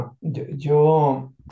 yo